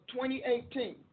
2018